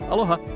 Aloha